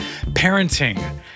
parenting